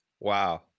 Wow